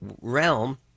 realm